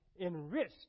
enriched